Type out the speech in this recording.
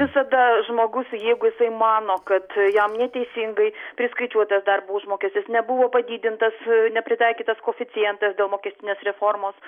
visada žmogus jeigu jisai mano kad jam neteisingai priskaičiuotas darbo užmokestis nebuvo padidintas nepritaikytas koeficientas dėl mokestinės reformos